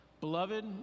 Beloved